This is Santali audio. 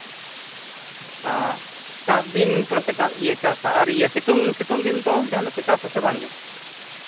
ᱚ ᱪᱟᱥ ᱫᱤᱱ ᱯᱮ ᱪᱟᱥᱟ ᱟᱨ ᱤᱭᱟᱹ ᱥᱤᱛᱩᱝ ᱥᱤᱛᱩᱝ ᱫᱤᱱ ᱫᱚ ᱡᱟᱦᱟᱱᱟᱜ ᱯᱮ ᱪᱟᱥᱟᱥᱮ ᱵᱟᱝᱜᱮ